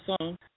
song